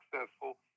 successful